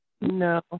No